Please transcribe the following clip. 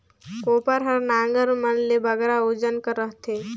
कोपर हर नांगर मन ले बगरा ओजन कर रहथे